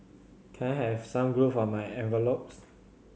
can I have some glue for my envelopes